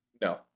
No